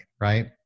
right